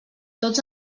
tots